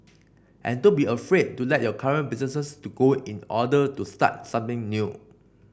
and don't be afraid to let your current business to go in order to start something new